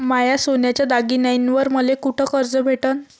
माया सोन्याच्या दागिन्यांइवर मले कुठे कर्ज भेटन?